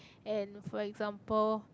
and for example